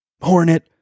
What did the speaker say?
hornet